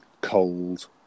cold